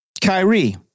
Kyrie